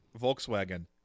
Volkswagen